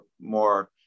more –